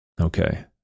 Okay